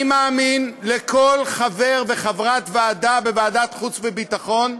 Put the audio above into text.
אני מאמין לכל חבר וחברת ועדה בוועדת חוץ וביטחון,